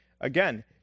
Again